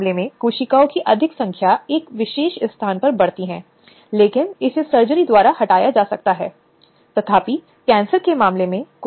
संदर्भसमय को देखें 0056 और एक विशिष्ट व्यवहार या पहलू जिस पर हाल के दिनों में ध्यान नहीं दिया गया है वह यौन उत्पीड़न के संबंध में है